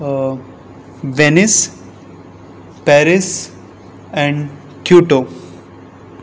Venice Paris and kyoto